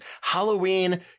halloween